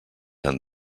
han